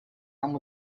нам